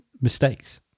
mistakes